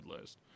list